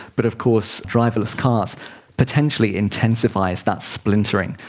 but of course driverless cars potentially intensifies that splintering.